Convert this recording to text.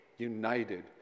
united